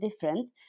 different